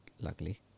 luckily